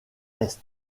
est